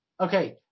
Okay